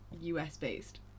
US-based